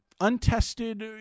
untested